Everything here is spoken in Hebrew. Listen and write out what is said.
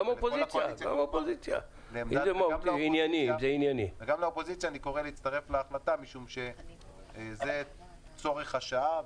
וגם לאופוזיציה אני קורא להצטרף להחלטה משום שזה צורך השעה.